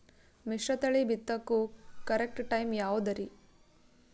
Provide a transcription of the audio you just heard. ಮಿಶ್ರತಳಿ ಬಿತ್ತಕು correct time ಯಾವುದರಿ?